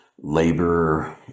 labor